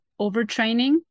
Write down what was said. overtraining